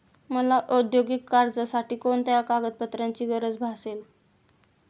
मला औद्योगिक कर्जासाठी कोणत्या कागदपत्रांची गरज भासेल?